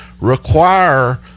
require